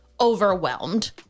overwhelmed